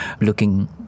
looking